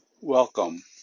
Welcome